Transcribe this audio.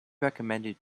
recommended